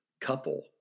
couple